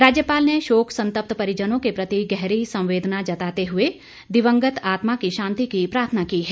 राज्यपाल ने शोक संतप्त परिजनों के प्रति गहरी संवेदना जताते हुए दिवंगत आत्मा की शांति की प्रार्थना की है